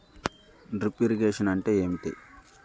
Drip irrigation అంటే ఏమిటి?